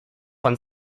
von